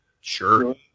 Sure